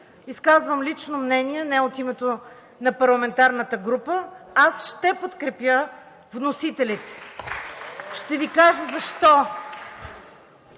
Изказвам лично мнение – не от името на парламентарната група – аз ще подкрепя вносителите. (Ръкопляскания